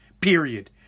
Period